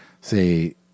say